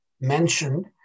mentioned